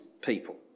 people